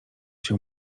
się